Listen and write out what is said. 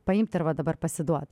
paimti ir va dabar pasiduot